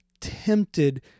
tempted